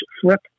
flip